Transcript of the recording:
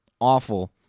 awful